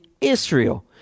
Israel